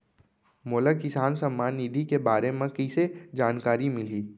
मोला किसान सम्मान निधि के बारे म कइसे जानकारी मिलही?